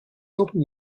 hoping